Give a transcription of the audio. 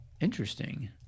Interesting